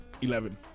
Eleven